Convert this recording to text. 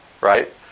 right